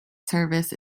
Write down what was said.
service